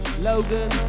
Logan